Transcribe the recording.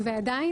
ועדיין,